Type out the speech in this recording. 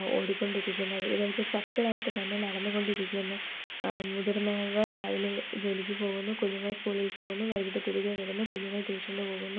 ഓടിക്കൊണ്ടിരിക്കുന്നത് ഇതൊരു സർക്കിൾ ആയിട്ട് തന്നെ നടന്നുകൊണ്ടിരിക്കുന്നു മുതിർന്നവർ രാവിലെ ജോലിക്ക് പോകുന്നു കുഞ്ഞുങ്ങൾ സ്കൂളിൽ പോകുന്നു വൈകിട്ട് തിരികെ വരുന്നു കുഞ്ഞുങ്ങൾ ട്യൂഷന് പോകുന്നു